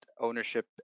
ownership